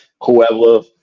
whoever